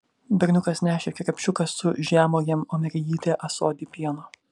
berniukas nešė krepšiuką su žemuogėm o mergytė ąsotį pieno